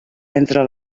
entre